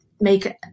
make